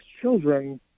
children